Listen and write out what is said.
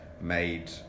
made